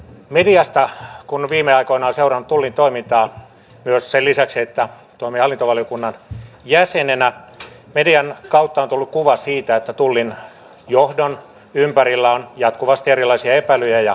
mediasta kun viime aikoina on seurannut tullin toimintaa sen lisäksi että toimin myös hallintovaliokunnan jäsenenä median kautta on tullut kuva siitä että tullin johdon ympärillä on jatkuvasti erilaisia epäilyjä ja kiehuntaa